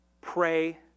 pray